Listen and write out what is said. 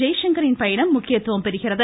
ஜெய்சங்கரின் பயணம் முக்கியத்துவம் பெறுகிறது